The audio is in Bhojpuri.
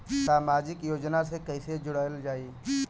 समाजिक योजना से कैसे जुड़ल जाइ?